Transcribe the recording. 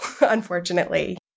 unfortunately